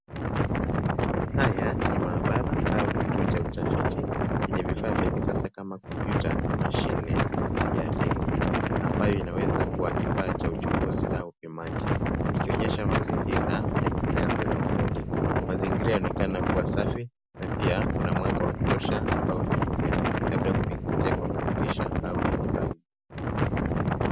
Haya ni mahabara au kituo cha utafiti chenye vifaa cha kisasa kama komputa na mashine ya reli ambayo inaweza kuwa kifaa cha uchunguzi au upimaji ikionyesha mazingira ya kisayansi na ufundi. Mazingira yaonekana kuwa safi na pia kuna mwanga wa kutosha ambao unaingia labda kupitia kwa madirisha au kwenye bulb .